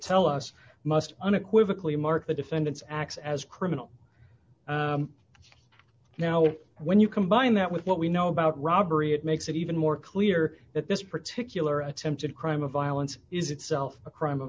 tell us must unequivocal you mark the defendant's acts as criminal now when you combine that with what we know about robbery it makes it even more clear that this particular attempted crime of violence is itself a crime of